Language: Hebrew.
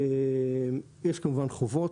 יש כמובן חובות: